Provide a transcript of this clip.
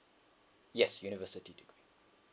yes university degree